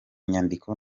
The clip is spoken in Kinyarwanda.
nyandiko